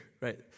right